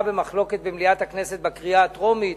במחלוקת במליאת הכנסת בקריאה הטרומית.